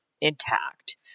intact